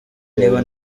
niba